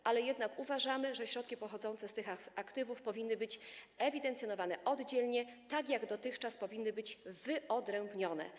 Uważamy jednak, że środki pochodzące z tych aktywów powinny być ewidencjonowane oddzielnie tak jak dotychczas, powinny być wyodrębnione.